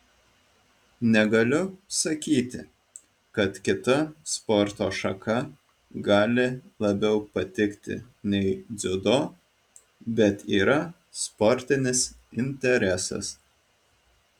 negaliu sakyti kad kita sporto šaka gali labiau patikti nei dziudo bet yra sportinis interesas